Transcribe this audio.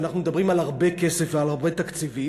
ואנחנו מדברים על הרבה כסף ועל הרבה תקציבים,